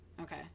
Okay